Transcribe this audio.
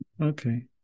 Okay